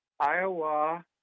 Iowa